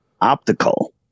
optical